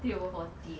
three over forty